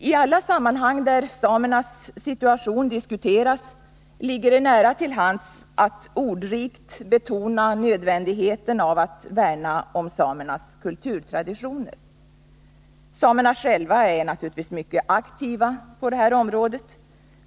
I alla sammanhang där samernas situation diskuteras ligger det nära till hands att ordrikt betona nödvändigheten av att värna om samernas kulturtraditioner. Samerna själva är naturligtvis mycket aktiva på det området.